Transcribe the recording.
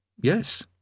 Yes